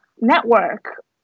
network